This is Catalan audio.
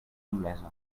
anglesa